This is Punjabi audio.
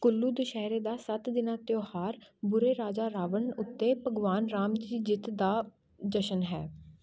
ਕੁੱਲੂ ਦੁਸ਼ਹਿਰੇ ਦਾ ਸੱਤ ਦਿਨਾਂ ਤਿਉਹਾਰ ਬੁਰੇ ਰਾਜਾ ਰਾਵਣ ਉੱਤੇ ਭਗਵਾਨ ਰਾਮ ਦੀ ਜਿੱਤ ਦਾ ਜਸ਼ਨ ਹੈ